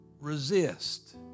resist